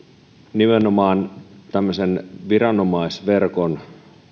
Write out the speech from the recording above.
nimenomaan tämmöisen viranomaisverkon